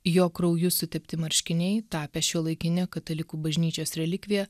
jo krauju sutepti marškiniai tapę šiuolaikine katalikų bažnyčios relikvija